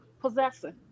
possessing